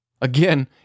Again